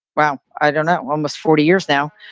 well, i don't know, almost forty years now.